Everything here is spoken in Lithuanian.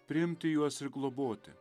priimti juos ir globoti